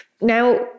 Now